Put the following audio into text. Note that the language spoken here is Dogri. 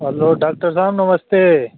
हैलो डाक्टर साह्ब नमस्ते